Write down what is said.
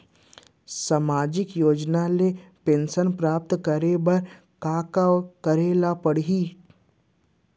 सामाजिक योजना ले पेंशन प्राप्त करे बर का का करे ल पड़ही?